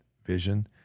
Vision